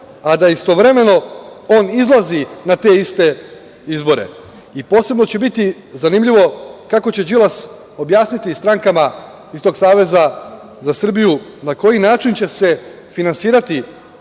a da istovremeno on izlazi na te iste izbore i posebno će biti zanimljivo kako će Đilas objasniti strankama iz tog Saveza za Srbiju na koji način će se finansirati